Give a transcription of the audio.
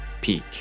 peak